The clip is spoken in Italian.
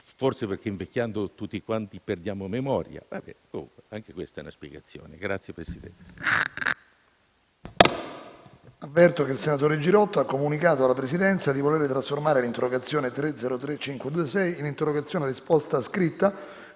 forse perché invecchiando tutti quanti perdiamo memoria: anche questa è una spiegazione. PRESIDENTE.